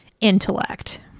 intellect